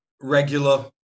regular